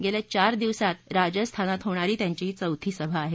गेल्या चार दिवसात राजस्थानात होणारी त्यांची ही चौथी सभा आहे